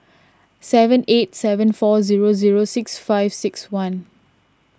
seven eight seven four zero zero six five six one